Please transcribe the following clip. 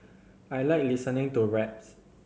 I like listening to raps